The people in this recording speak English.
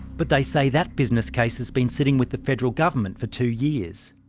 but they say that business case has been sitting with the federal government for two years.